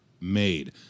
made